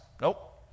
Nope